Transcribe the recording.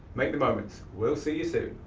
make the moments. we'll see you soon.